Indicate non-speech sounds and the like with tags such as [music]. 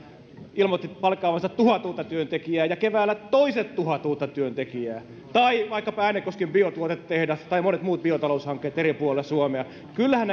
ilmoitti palkkaavansa tuhat uutta työntekijää ja keväällä toiset tuhat uutta työntekijää tai vaikkapa äänekosken biotuotetehdas tai monet muut biotaloushankkeet eri puolilla suomea kyllähän [unintelligible]